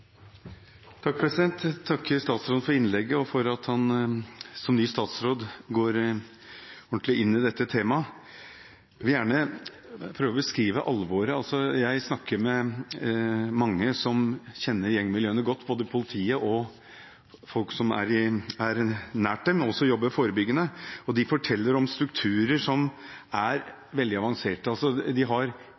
Jeg takker statsråden for innlegget og for at han som ny statsråd går ordentlig inn på dette temaet. Jeg vil gjerne prøve å beskrive alvoret. Jeg snakker med mange som kjenner gjengmiljøene godt, både politiet og folk som er nær dem og også jobber forebyggende. De forteller om strukturer som er veldig avanserte. Man har